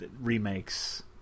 remakes